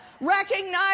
recognize